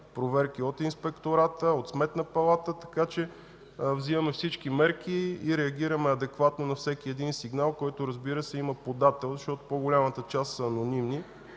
проверки от Инспектората, от Сметната палата, така че взимаме всички мерки и реагираме адекватно на всеки един сигнал, който, разбира се, има подател, защото по-голямата част са анонимни.